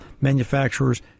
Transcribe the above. manufacturers